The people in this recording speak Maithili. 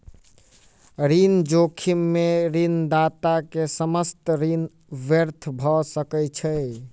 ऋण जोखिम में ऋणदाता के समस्त ऋण व्यर्थ भ सकै छै